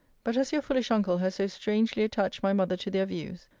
but as your foolish uncle has so strangely attached my mother to their views,